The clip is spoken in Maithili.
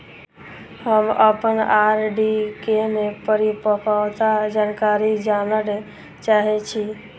हम अप्पन आर.डी केँ परिपक्वता जानकारी जानऽ चाहै छी